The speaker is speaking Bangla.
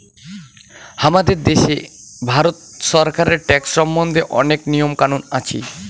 হামাদের দ্যাশে ভারত ছরকারের ট্যাক্স সম্বন্ধে অনেক নিয়ম কানুন আছি